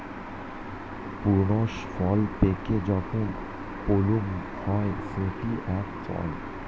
prunes ফল পেকে যখন প্লুম হয় সেটি এক ফল